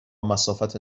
مسافت